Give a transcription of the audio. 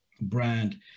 brand